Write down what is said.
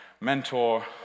mentor